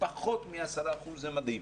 זה מדהים.